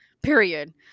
Period